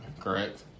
correct